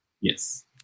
yes